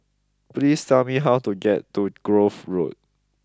please tell me how to get to Grove Road